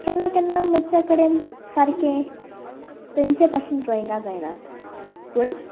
केन्ना केन्ना म्हजे कडेन सारकें तेंचे भाशेन ड्रॉइंगां जायनात पूण